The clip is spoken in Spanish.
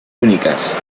únicas